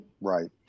Right